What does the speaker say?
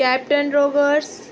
captain rogers